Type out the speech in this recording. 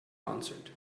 answered